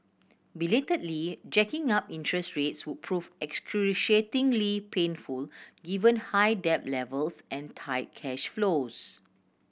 belatedly jacking up interest rates would prove excruciatingly painful given high debt levels and tight cash flows